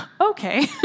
okay